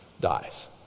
dies